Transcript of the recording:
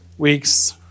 Weeks